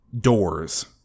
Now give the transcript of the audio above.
doors